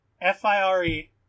F-I-R-E